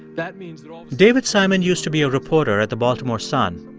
that means. david simon used to be a reporter at the baltimore sun.